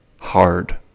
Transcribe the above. Hard